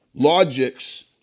logics